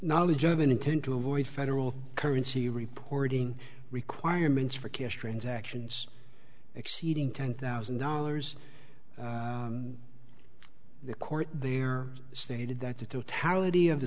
knowledge of an intent to avoid federal currency reporting requirements for cash transactions exceeding ten thousand dollars the court there stated that the t